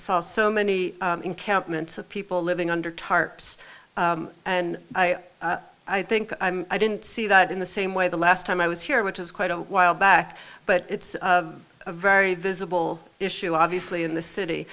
saw so many encampments of people living under tarps and i think i didn't see that in the same way the last time i was here which is quite a while back but it's a very visible issue obviously in the city